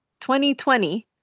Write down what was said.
2020